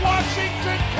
Washington